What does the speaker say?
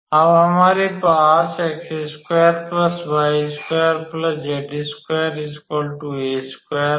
अब हमारे पास है